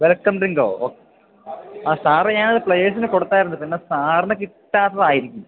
welcome ഡ്രിങ്കോ ഓ ആ സാറെ ഞാനത് പ്ലെയേഴ്സിന് കൊടുത്തതായിരുന്നു പിന്നെ സാറിന് കിട്ടാത്തതായിരിക്കും